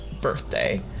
birthday